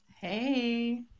Hey